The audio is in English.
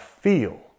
feel